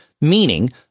meaning